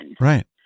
Right